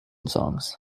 songs